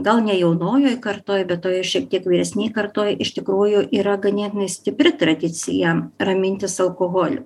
gal ne jaunojoj kartoj bet toje šiek tiek vyresnėj kartoj iš tikrųjų yra ganėtinai stipri tradicija ramintis alkoholiu